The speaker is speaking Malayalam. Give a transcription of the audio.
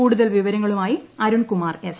കൂടുതൽ വിവരങ്ങളുമായി അരുൺ കുമാർഎസ്